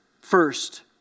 first